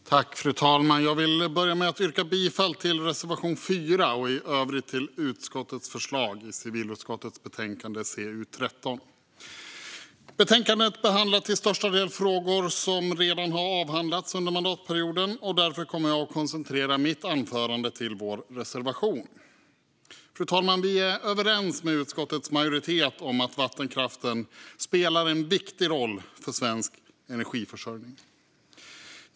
Hushållningen med mark och vatten-områden Fru talman! Jag vill börja med att yrka bifall till reservation 4 och i övrigt till utskottets förslag i civilutskottets betänkande CU13. Betänkandet behandlar till största delen frågor som redan har avhandlats under mandatperioden, och därför kommer jag att koncentrera mitt anförande till vår reservation. Fru talman! Vi är överens med utskottets majoritet om att vattenkraften spelar en viktig roll för svensk energiförsörjning.